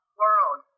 world